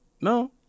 No